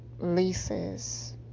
leases